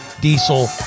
diesel